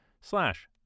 slash